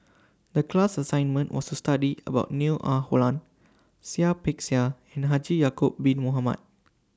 The class assignment was to study about Neo Ah Luan Seah Peck Seah and Haji Ya'Acob Bin Mohamed